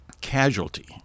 casualty